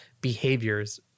behaviors